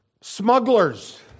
smugglers